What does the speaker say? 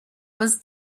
was